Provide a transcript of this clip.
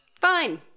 Fine